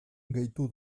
gehitu